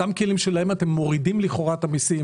אותם כלים שלהם אתם מורידים לכאורה את המסים,